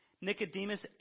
Nicodemus